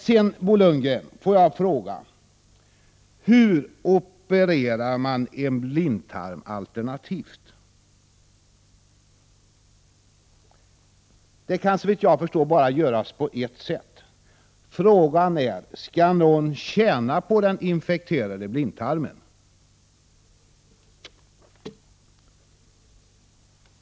Får jag nu fråga Bo Lundgren: Hur opererar man en blindtarm alternativt? Det kan såvitt jag förstår bara göras på ett sätt. Frågan är: Skall någon tjäna på den infekterade blindtarmen?